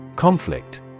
Conflict